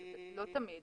לא תמיד.